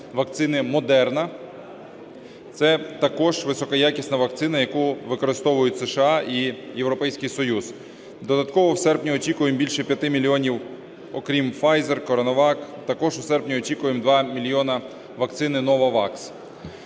вакцини Moderna. Це також високоякісна вакцина, яку використовують США і Європейський Союз. Додатково у серпні очікуємо більше 5 мільйонів, окрім Pfizer, CoronaVac, також у серпні очікуємо 2 мільйони вакцини Novavax.